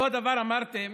אותו דבר אמרתם